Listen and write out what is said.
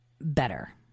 better